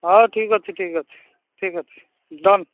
ହଉ ଠିକ ଅଛି ଠିକ ଅଛି ଠିକ ଅଛି ଡନ୍